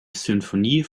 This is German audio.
sinfonie